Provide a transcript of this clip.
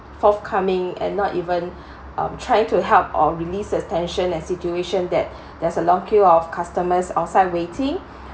forthcoming and not even um trying to help or releases tension at a situation that there's a long queue of customers outside waiting